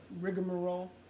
rigmarole